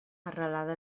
arrelada